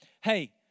hey